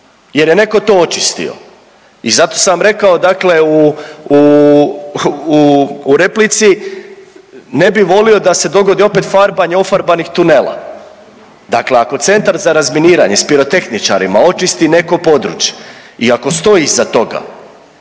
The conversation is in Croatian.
jer je netko to očistio. I zato sam vam rekao, dakle u replici ne bih volio da se dogodi opet farbanje ofarbanih tunela. Dakle, ako Centar za razminiranje s pirotehničarima očisti neko područje i ako stoji iza toga,